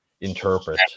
interpret